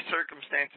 circumstances